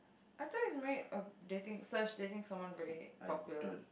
I thought he's married or dating such dating someone very popular